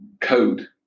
code